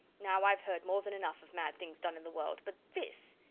now, ive heard more than enough of mad things done in the world but this.